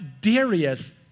Darius